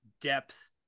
depth